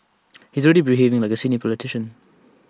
he's already behaving like A senior politician